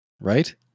right